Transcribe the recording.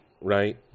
Right